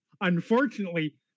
Unfortunately